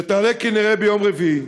שתעלה כנראה ביום רביעי,